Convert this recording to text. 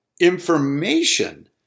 information